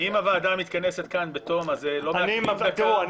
אם הוועדה מתכנסת כאן בתום הדיונים ולא מעכבים דקה זה לא משנה.